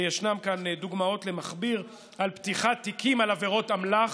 ויש כאן דוגמאות רבות למכביר על פתיחת תיקים על עבירות אמל"ח.